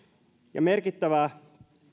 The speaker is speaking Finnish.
ja merkittävä